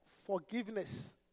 Forgiveness